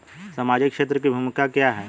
सामाजिक क्षेत्र की भूमिका क्या है?